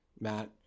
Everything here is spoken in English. Matt